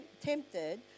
tempted